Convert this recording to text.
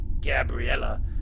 Gabriella